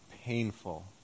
painful